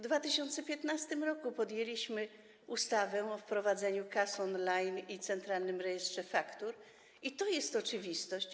2015 r. przyjęliśmy ustawę o wprowadzeniu kas on-line i Centralnym Rejestrze Faktur, i to jest oczywistość.